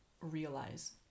realize